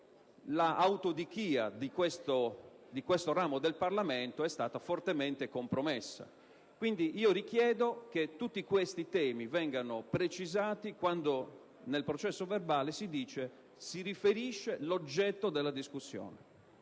l'autodichia di questo ramo del Parlamento è stata fortemente compromessa. In conclusione, chiedo che tutti questi temi vengano precisati quando nel processo verbale si riferisce l'oggetto della discussione.